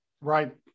Right